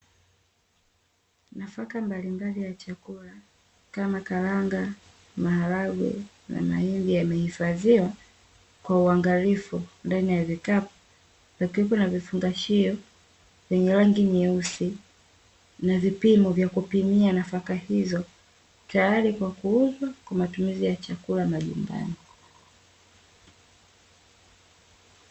Nafaka mbalimbali ya chakula kama karanga, maharagwe na mahindi yamehifadhiwa kwa uangalifu ndani ya vikapu vikiwepo na vifungashio venye rangi nyeusi, na vipimo vya kupimia nafaka hizo. Tayari kwa kuuzwa kwa matumizi ya chakula majumbani.